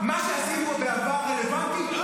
אבל לא גייסתם אותם, רציתם אותם בממשלה.